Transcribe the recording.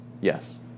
Yes